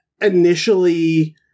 initially